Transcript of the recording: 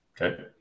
Okay